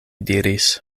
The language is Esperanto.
diris